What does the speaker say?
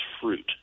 fruit